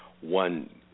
one